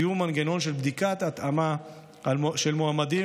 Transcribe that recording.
קיום מנגנון של בדיקת התאמה של מועמדים